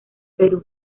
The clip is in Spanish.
perú